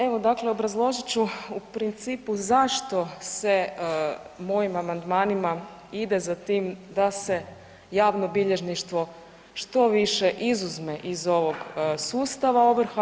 Pa evo dakle obrazložit ću u principu zašto se mojim amandmanima ide za tim da se javno bilježništvo što više izuzme iz ovog sustava ovrha?